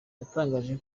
yatangaje